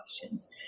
questions